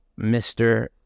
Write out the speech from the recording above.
Mr